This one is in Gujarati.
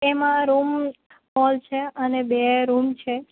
એમાં રૂમ હોલ છે અને બે રૂમ છે